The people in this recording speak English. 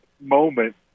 moment